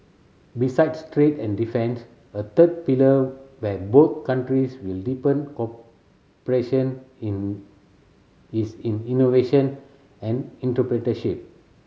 besides trade and defence a third pillar where both countries will deepen cooperation in is in innovation and entrepreneurship